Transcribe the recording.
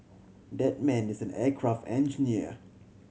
that man is an aircraft engineer